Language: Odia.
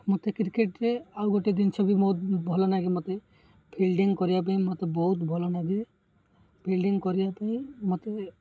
ମୋତେ କ୍ରିକେଟରେ ଆଉ ଗୋଟେ ଜିନିଷ ବି ବହୁତ ଭଲ ଲାଗେ ମୋତେ ଫିଲ୍ଡିଙ୍ଗ୍ କରିବା ପାଇଁ ମୋତେ ବହୁତ ଭଲ ଲାଗେ ଫିଲ୍ଡିଙ୍ଗ୍ କରିବା ପାଇଁ ମୋତେ